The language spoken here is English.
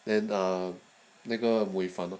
then err 那个 muey fan